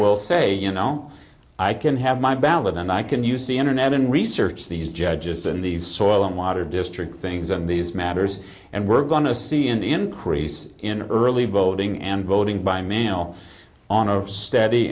will say you know i can have my ballot and i can use the internet in research these judges and these soil and water district things on these matters and we're going to see an increase in early voting and voting by mail on a steady